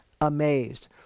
amazed